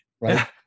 right